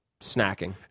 snacking